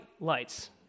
lights